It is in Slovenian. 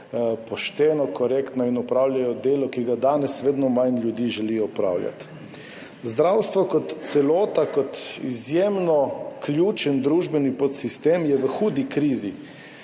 pošteno, korektno in opravljajo delo, ki ga danes vedno manj ljudi želi opravljati. Zdravstvo kot celota, kot izjemno ključen družbeni podsistem je v hudi krizi.